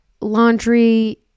laundry